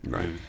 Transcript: Right